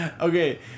Okay